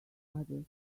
others